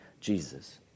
Jesus